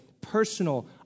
personal